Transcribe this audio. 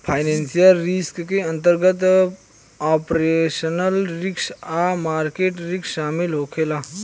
financial risk के अंतर्गत operational risk आ मार्केट रिस्क शामिल होखे ला